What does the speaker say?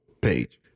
page